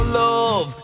love